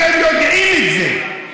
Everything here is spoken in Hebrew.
אתם יודעים את זה.